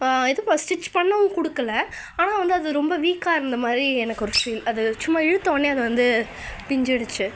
இது பண் ஸ்டிச் பண்ணவும் கொடுக்கல ஆனால் வந்து அது ரொம்ப வீக்காக இருந்த மாதிரி எனக்கு ஒரு ஃபீல் அது சும்மா இழுத்தவொடனேயே அது வந்து பிஞ்சிடுச்சு